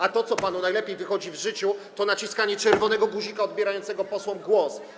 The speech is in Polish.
A to, co panu najlepiej wychodzi w życiu, to naciskanie czerwonego przycisku odbierającego posłom głos.